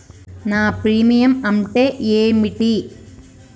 నా ప్రీమియం అంటే ఏమిటి?